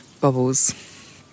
bubbles